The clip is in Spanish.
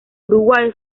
uruguay